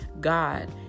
God